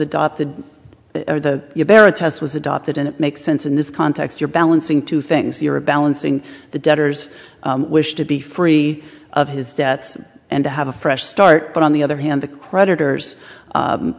adopted or the barrett test was adopted and it makes sense in this context you're balancing two things you're a balancing the debtors wish to be free of his debts and to have a fresh start but on the other hand the creditors